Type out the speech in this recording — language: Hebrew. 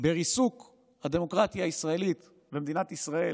בריסוק הדמוקרטיה הישראלית במדינת ישראל